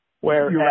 Whereas